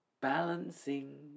Balancing